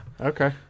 Okay